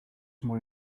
more